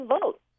vote